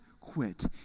quit